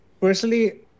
Personally